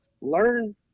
Learn